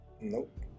Nope